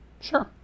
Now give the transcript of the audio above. Sure